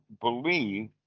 believe